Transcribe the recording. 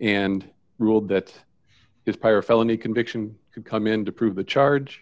and ruled that his prior felony conviction could come in to prove the charge